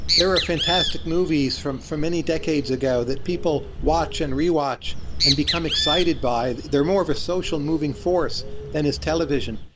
there were fantastic movies from from many decades ago that people watch and re-watch and become excited by. they're more of a social moving force than is television.